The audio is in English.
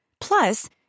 Plus